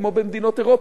כמו במדינות אירופה.